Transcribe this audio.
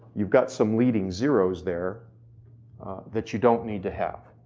you've got some leading zeros there that you don't need to have.